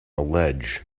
ledge